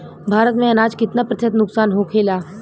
भारत में अनाज कितना प्रतिशत नुकसान होखेला?